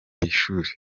y’ishuri